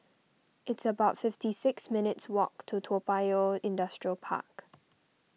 it's about fifty six minutes' walk to Toa Payoh Industrial Park